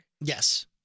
Yes